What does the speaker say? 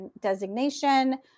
designation